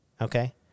Okay